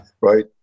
right